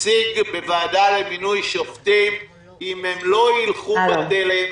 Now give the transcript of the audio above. נציג בוועדה למינוי שופטים, אם הם לא ילכו בתלם,